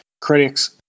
Critics